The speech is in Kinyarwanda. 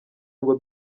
ngo